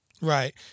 Right